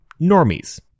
normies